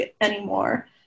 anymore